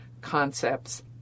concepts